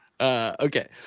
Okay